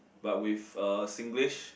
but with uh Singlish